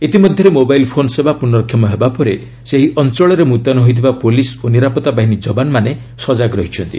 ଇତିମଧ୍ୟରେ mobile phone ସେବା ପୁର୍ନକ୍ଷମ ହେବା ପରେ ସେହି ଅଞ୍ଚଳରେ ମୁତୟନ ହୋଇଥିବା ପୁଲିସ୍ ଓ ନିରାପତ୍ତାବାହିନୀ ଯବାନମାନେ ସଜାଗ ରହିଛନ୍ତି